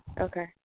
Okay